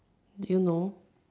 did you know